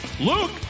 Luke